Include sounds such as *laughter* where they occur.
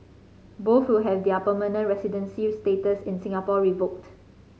both will have their permanent residency *unintelligible* status in Singapore revoked